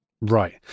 Right